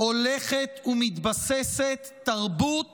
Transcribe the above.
הולכת ומתבססת תרבות